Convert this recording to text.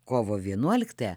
kovo vienuoliktąją